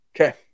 Okay